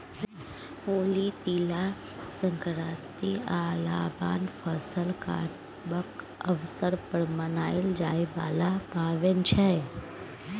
होली, तिला संक्रांति आ लबान फसल कटबाक अबसर पर मनाएल जाइ बला पाबैन छै